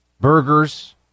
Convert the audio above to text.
burgers